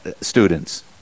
students